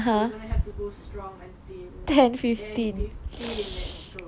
so we're gonna have to go strong until ten fifteen let's go